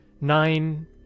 nine